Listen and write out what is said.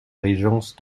régence